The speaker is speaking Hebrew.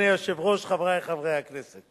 אני רוצה להגיד תודה רבה לשר נהרי שהסכמת,